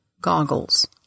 goggles